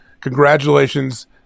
Congratulations